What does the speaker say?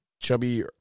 Chubby